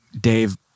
Dave